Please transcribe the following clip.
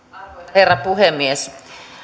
herra puhemies